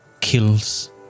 kills